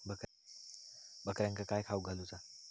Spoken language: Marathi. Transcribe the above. बकऱ्यांका काय खावक घालूचा?